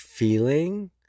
feeling